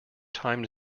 time